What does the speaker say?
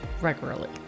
regularly